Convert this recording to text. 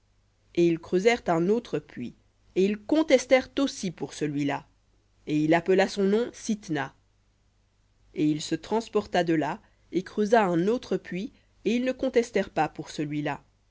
et ils creusèrent un autre puits et ils contestèrent aussi pour celui-là et il appela son nom sitna et il se transporta de là et creusa un autre puits et ils ne contestèrent pas pour celui-là